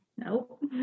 Nope